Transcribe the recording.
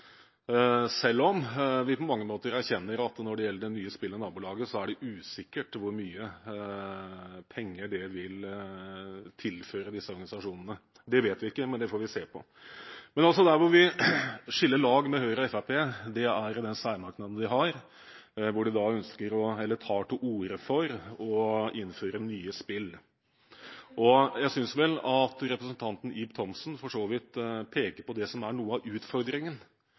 selv om vi på mange måter erkjenner at når det gjelder det nye spillet Nabolaget, er det usikkert hvor mye penger det vil tilføre disse organisasjonene. Det vet vi ikke, men det får vi se på. Men der vi skiller lag med Høyre og Fremskrittspartiet, er i den særmerknaden de har, hvor de tar til orde for å innføre nye spill. Jeg synes vel representanten Ib Thomsen for så vidt peker på det som er noe av utfordringen,